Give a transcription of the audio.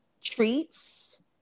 treats